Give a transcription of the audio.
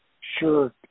Sure